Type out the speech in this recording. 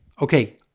Okay